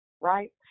right